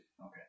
Okay